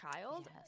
child